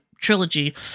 trilogy